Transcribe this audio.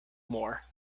more